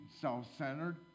self-centered